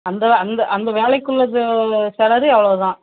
அந்த அந்த அந்த வேலைக்குள்ளது சாலரி அவ்ளோ தான்